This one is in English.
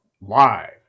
live